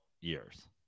years